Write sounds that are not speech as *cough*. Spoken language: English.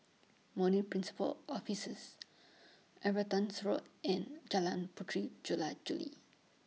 *unintelligible* Principal Offices *noise* Evertons Road and Jalan Puteri Jula Juli